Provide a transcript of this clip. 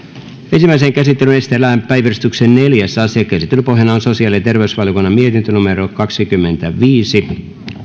ensimmäiseen käsittelyyn esitellään päiväjärjestyksen neljäs asia käsittelyn pohjana on sosiaali ja terveysvaliokunnan mietintö kaksikymmentäviisi